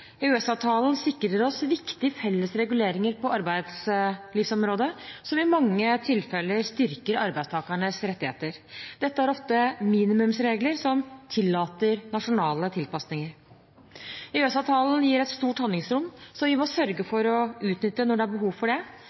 sikrer oss viktige felles reguleringer på arbeidslivsområdet, som i mange tilfeller styrker arbeidstakernes rettigheter. Dette er ofte minimumsregler som tillater nasjonale tilpasninger. EØS-avtalen gir et stort handlingsrom, som vi må sørge for å utnytte når det er behov for det.